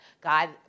God